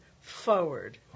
forward